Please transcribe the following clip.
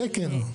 סקר.